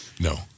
No